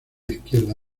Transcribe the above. izquierda